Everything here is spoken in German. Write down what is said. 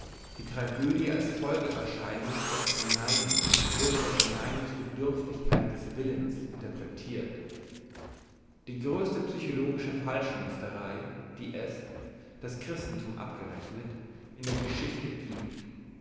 die tragödie als folgeerscheinungen der verneinung oder der verneinungs bedürftigkeit des willens interpretirt die grösste psychologische falschmünzerei die es das christenthum abgerechnet in der geschichte giebt